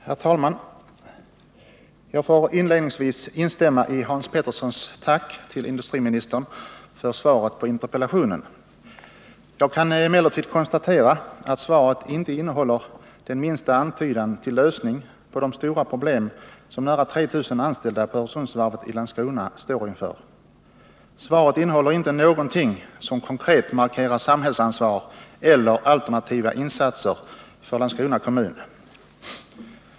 Herr talman! Jag får inledningsvis instämma i Hans Peterssons i Röstånga tack till industriministern för svaret på interpellationen. Jag kan emellertid konstatera att svaret inte innehåller den minsta antydan till lösning på de stora problem som nära 3 000 anställda på Öresundsvarvet i Landskrona står inför. Svaret innehåller inte någonting som markerar ett konkret samhälls ansvar eller alternativa insatser för Landskrona kommun.